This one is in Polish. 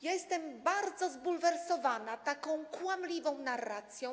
Jestem bardzo zbulwersowana taką kłamliwą narracją.